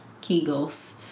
Kegel's